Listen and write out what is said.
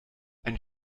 ein